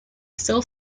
still